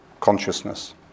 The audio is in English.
consciousness